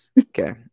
Okay